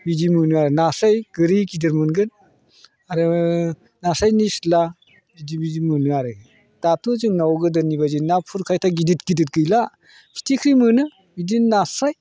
बिदि मोनो आरो नास्राय गोरि गिदिर मोनगोन आरो नास्राय निस्ला बिदि बिदि मोनो आरो दाथ' जोंनाव गोदोनि बायदि ना फुरखाथाय गिदिर गिदिर गैला फिथिख्रि मोनो बिदिनो नास्राय